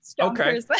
okay